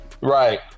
Right